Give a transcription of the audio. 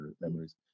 memories